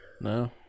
No